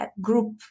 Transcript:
group